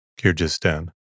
Kyrgyzstan